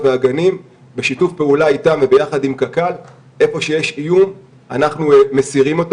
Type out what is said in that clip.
משק האנרגיה וחברת חשמל בכלל, והיום גם נגה.